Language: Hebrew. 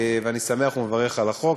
אני שמח ומברך על החוק,